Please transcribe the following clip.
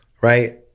Right